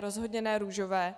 Rozhodně ne růžové.